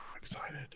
excited